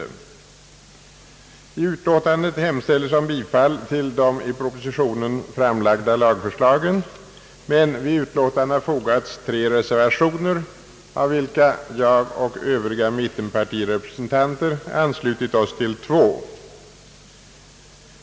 I utskottsutlåtandet hemställes om bifall till de i propositionen framlagda lagförslagen, men vid utlåtandet har fogats några reservationer, av vilka jag och övriga mittenpartirepresentanter anslutit oss till två.